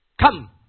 Come